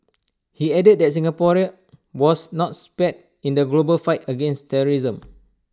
he added that Singapore was not spared in the global fight against terrorism